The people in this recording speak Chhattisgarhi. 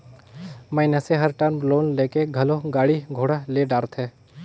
मइनसे हर टर्म लोन लेके घलो गाड़ी घोड़ा ले डारथे